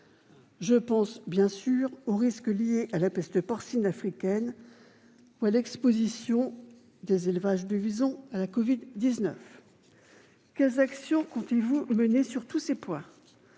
Je pense également aux risques liés à la peste porcine africaine ou à l'exposition des élevages de visons à la covid-l9. Quelles actions comptez-vous mener sur tous ces points ?